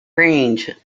range